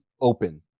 open